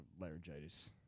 laryngitis